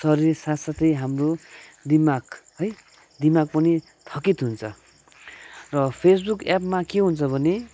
शरीर साथ साथै हाम्रो दिमाग है दिमाग पनि थकित हुन्छ र फेसबुक एपमा के हुन्छ भने